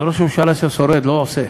זה ראש ממשלה ששורד, לא עושה.